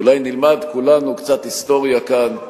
אולי נלמד כולנו קצת היסטוריה כאן.